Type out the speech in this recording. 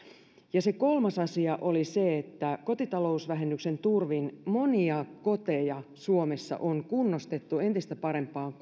se kolmas asia oli se että kotitalousvähennyksen turvin monia koteja suomessa on kunnostettu entistä parempaan